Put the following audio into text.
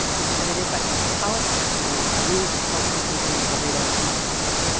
it was edited by lisa pollak, eric mennel and me with help from adrian florido and mark memmott.